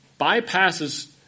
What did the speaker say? bypasses